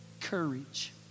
courage